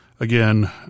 Again